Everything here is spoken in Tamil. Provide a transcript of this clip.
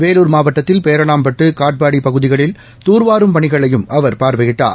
வேலூர் மாவட்டத்தில் பேரணாம்பட்டு காட்பாடி பகுதிகளில் தூர்வாரும் பணிகளையும் அவர் பார்வையிட்டார்